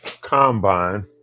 combine